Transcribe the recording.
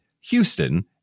Houston